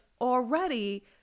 already